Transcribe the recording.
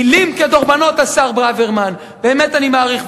מלים כדרבונות, השר ברוורמן, באמת אני מעריך.